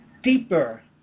Deeper